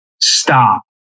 Stop